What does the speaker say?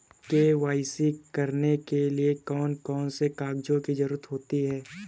KYC करने के लिए कौन कौन से कागजों की जरूरत होती है?